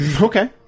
Okay